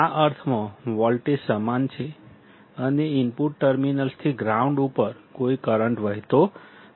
આ અર્થમાં વોલ્ટેજ સમાન છે અને ઇનપુટ ટર્મિનલ્સથી ગ્રાઉન્ડ ઉપર કોઈ કરંટ વહેતો નથી